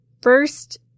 First